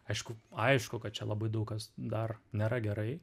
aišku aišku kad čia labai daug kas dar nėra gerai